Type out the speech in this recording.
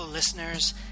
listeners